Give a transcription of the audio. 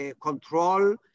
control